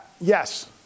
yes